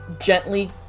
gently